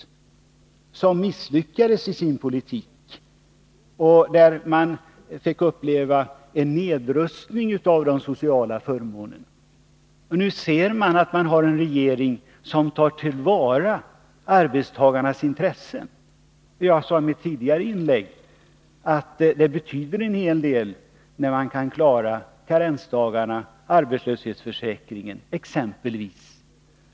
De regeringarna misslyckades i sin politik. Man fick uppleva en nedrustning av de sociala förmånerna. Nu har vi en regering som tar till vara arbetstagarnas intressen. Jag sade i mitt tidigare inlägg att det betyder en hel del när man kan klara exempelvis karensdagarna eller arbetslöshetsförsäkringen.